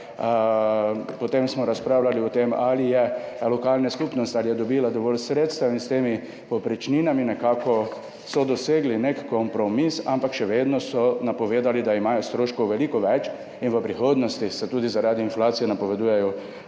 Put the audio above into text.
njimi. Razpravljali smo o tem, ali je lokalna skupnost dobila dovolj sredstev in s temi povprečninami so nekako dosegli nek kompromis, ampak še vedno so napovedali, da imajo veliko več stroškov in v prihodnosti se tudi zaradi inflacije napovedujejo